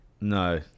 No